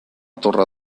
torre